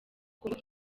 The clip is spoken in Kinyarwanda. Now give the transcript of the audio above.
kongo